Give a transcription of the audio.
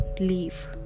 leave